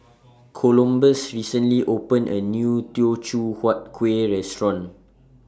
Columbus recently opened A New Teochew Huat Kuih Restaurant